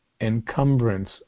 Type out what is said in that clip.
encumbrance